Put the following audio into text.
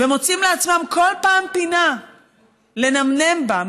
ומוצאים לעצמם כל פעם פינה לנמנם בה,